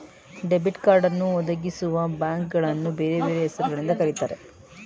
debit ಕಾರ್ಡನ್ನು ಒದಗಿಸುವಬ್ಯಾಂಕ್ಗಳನ್ನು ಬೇರೆ ಬೇರೆ ಹೆಸರು ಗಳಿಂದ ಕರೆಯುತ್ತಾರೆ